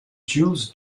jules